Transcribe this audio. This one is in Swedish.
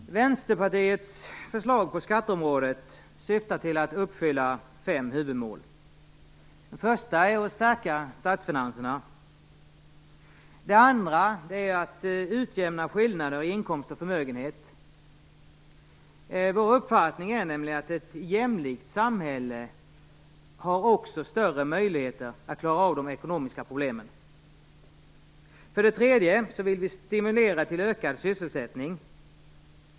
Fru talman! Vänsterpartiets förslag på skatteområdet syftar till att uppfylla fem huvudmål. För det första vill vi stärka statsfinanserna. För det andra vill vi utjämna skillnader i inkomst och förmögenhet. Vår uppfattning är nämligen att ett jämlikt samhälle också har större möjligheter att klara av de ekonomiska problemen. För det tredje vill vi stimulera till ökad sysselsättning.